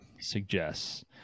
suggests